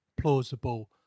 plausible